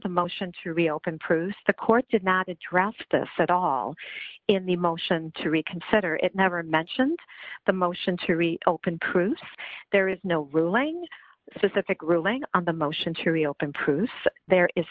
the motion to reopen produce the court did not a draft this at all in the motion to reconsider it never mentioned the motion to reopen proof there is no ruling specific ruling on the motion to reopen proof there is